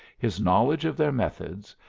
his knowledge of their methods,